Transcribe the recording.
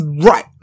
right